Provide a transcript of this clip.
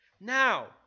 Now